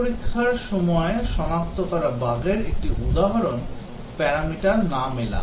unit পরীক্ষার সময় সনাক্ত করা বাগের একটি উদাহরণ parameter না মেলা